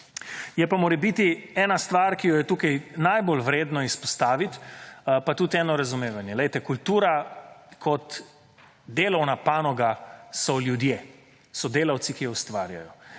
Je pa morebiti ena stvar, ki jo je tukaj morebiti najbolj vredno izpostaviti, pa tudi eno razumevanje. Glejte, kultura kot delovna panoga so ljudje, so delavci, ki jo ustvarjajo.